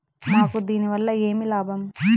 మాకు దీనివల్ల ఏమి లాభం